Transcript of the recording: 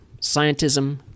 scientism